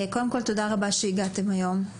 קודם כול, תודה רבה שהגעתם היום.